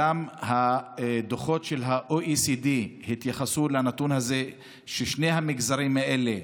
גם הדוחות של ה-OECD התייחסו לנתון הזה ששני המגזרים האלה,